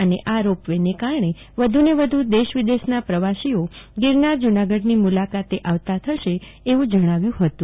અને આ રોપવેને કારણે વધુને વધુ દેશ વિદેશના પ્રવાસીઓ ગીરનાર જુનાગઢની મુલાકાતે આવતા થશે એમ જણાવ્યું હતું